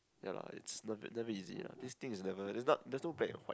ya lah it's nev~ never easy ah this thing is never it's not there's no black and white